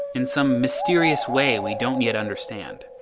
in some mysterious way we don't yet understand?